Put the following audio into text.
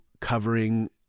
covering